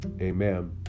Amen